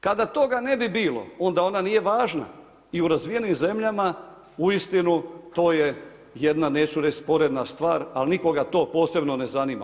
Kada toga ne bi bilo, onda ona nije važna i u razvijenim zemljama uistinu to je jedna, neću reći sporedna stvar, ali nikoga to posebno ne zanima.